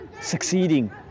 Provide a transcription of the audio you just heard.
succeeding